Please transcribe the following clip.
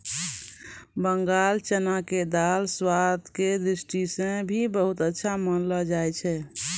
बंगाल चना के दाल स्वाद के दृष्टि सॅ भी बहुत अच्छा मानलो जाय छै